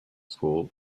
school